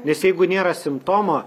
nes jeigu nėra simptomo